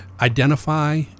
identify